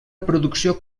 producció